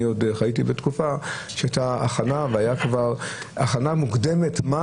אני עוד חייתי בתקופה שהייתה הכנה מוקדמת מה